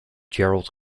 gerald